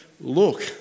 Look